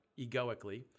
egoically